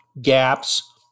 gaps